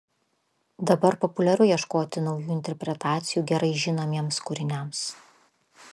dabar populiaru ieškoti naujų interpretacijų gerai žinomiems kūriniams